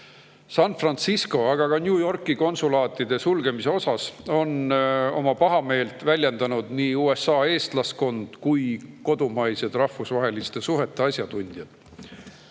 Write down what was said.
Francisco, aga ka New Yorgi konsulaadi sulgemise tõttu on pahameelt väljendanud nii USA eestlaskond kui ka kodumaised rahvusvaheliste suhete asjatundjad.